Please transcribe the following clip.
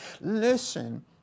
Listen